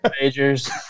majors